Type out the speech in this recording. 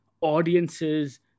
audiences